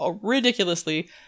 ridiculously